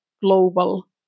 global